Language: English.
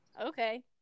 Okay